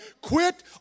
Quit